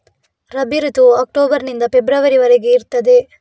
ರಬಿ ಋತುವು ಅಕ್ಟೋಬರ್ ನಿಂದ ಫೆಬ್ರವರಿ ವರೆಗೆ ಇರ್ತದೆ